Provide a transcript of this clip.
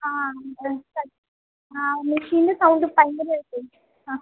ആ ആ മിഷീന്റെ സൗണ്ട് ഭയങ്കരമായിട്ടേ ആഹ്